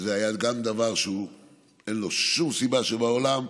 שזה היה גם דבר שאין לו שום סיבה שבעולם,